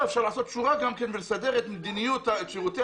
אפשר גם לעשות שורה ולסדר את מדיניות שירותי